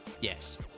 Yes